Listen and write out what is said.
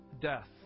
death